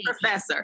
professor